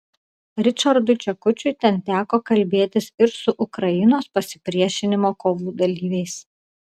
ričardui čekučiui ten teko kalbėtis ir su ukrainos pasipriešinimo kovų dalyviais